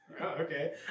okay